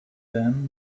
then